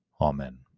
Amen